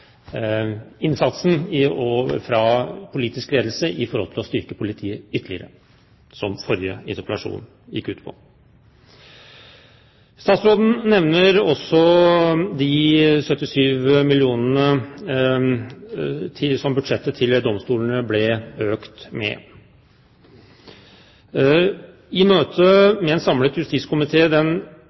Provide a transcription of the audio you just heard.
innsatsen fra politisk ledelse for å styrke politiet ytterligere, som forrige interpellasjon gikk ut på. Statsråden nevner også de 77 mill. kr som budsjettet til domstolene ble økt med. I møte med en samlet justiskomité den